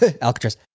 Alcatraz